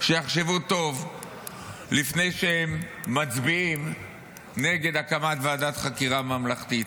שיחשבו טוב לפני שהם מצביעים נגד הקמת ועדת חקירה ממלכתית,